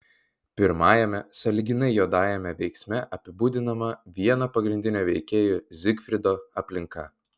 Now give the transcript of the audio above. pirmajame sąlyginai juodajame veiksme apibūdinama vieno pagrindinių veikėjų zygfrido aplinka